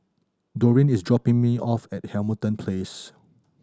Doreen is dropping me off at Hamilton Place